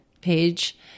page